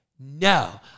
No